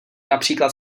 například